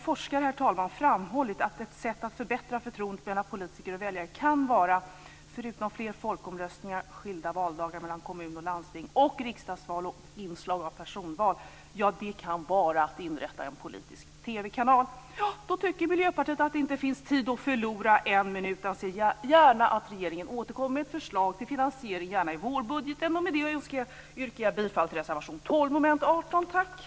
Forskare har dessutom framhållit att ett sätt att förbättra förtroendet mellan politiker och väljare förutom fler folkomröstningar, skilda valdagar mellan kommun-, landstings och riksdagsval samt inslag av personval kan vara att inrätta en politisk TV-kanal. Därför tycker Miljöpartiet att det inte finns en minut att förlora. Jag ser gärna att regeringen återkommer med förslag till finansiering - gärna i vårbudgeten. Med detta yrkar jag bifall till reservation 12 under mom. 18.